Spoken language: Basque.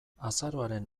azaroaren